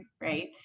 Right